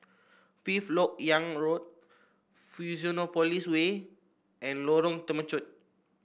Fifth LoK Yang Road Fusionopolis Way and Lorong Temechut